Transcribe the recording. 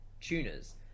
tuners